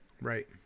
Right